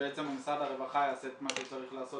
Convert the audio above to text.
שבעצם משרד הרווחה יעשה את מה שהוא צריך לעשות